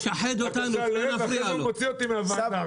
ואחרי זה הוא מוציא אותי מהוועדה.